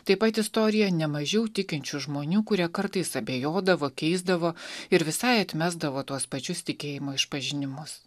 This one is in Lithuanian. taip pat istorija ne mažiau tikinčių žmonių kurie kartais abejodavo keisdavo ir visai atmesdavo tuos pačius tikėjimo išpažinimus